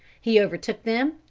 he overtook them,